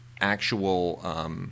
actual –